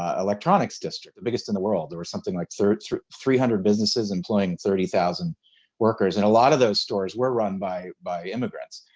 ah electronics district the biggest in the world. there was something like three hundred businesses employing thirty thousand workers and a lot of those stores were run by by immigrants.